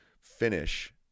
finish